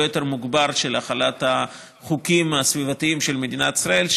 יותר מוגבר של החלת החוקים הסביבתיים של מדינת ישראל,